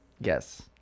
Yes